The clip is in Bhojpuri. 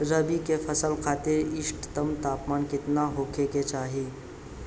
रबी क फसल खातिर इष्टतम तापमान केतना होखे के चाही?